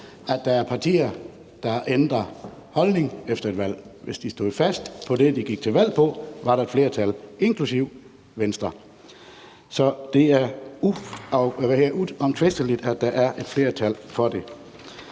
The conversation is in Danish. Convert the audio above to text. tidligere, er partier, der har ændret holdning efter valget. Hvis de stod fast på det, de gik til valg på, var der et flertal, inklusive Venstre. Så det er uomtvisteligt, at der er et flertal for det.